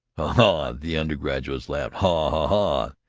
ha-ha! the undergraduates laughed. ha-ha-ha!